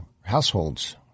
households